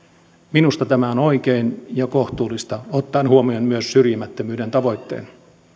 minusta tämä on oikein ja kohtuullista ottaen huomioon myös syrjimättömyyden tavoitteen